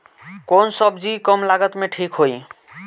कौन सबजी कम लागत मे ठिक होई?